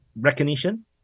recognition